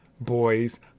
boys